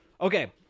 Okay